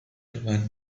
van